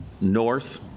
North